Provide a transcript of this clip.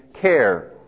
care